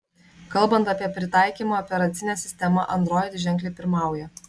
kalbant apie pritaikymą operacinė sistema android ženkliai pirmauja